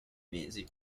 mesi